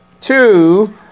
two